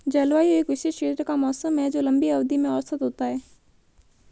जलवायु एक विशिष्ट क्षेत्र का मौसम है जो लंबी अवधि में औसत होता है